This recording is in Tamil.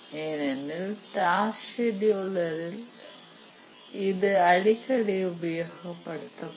ஏனெனில் டாஸ்க் செடியூலரில் இது அடிக்கடி உபயோகப்படுத்தப்படும்